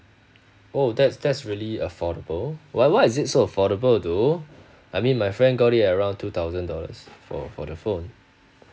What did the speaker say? oh that's that's really affordable why why is it so affordable though I mean my friend got the around two thousand dollars for for the phone